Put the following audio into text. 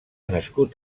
nascut